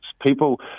People